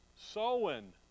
sowing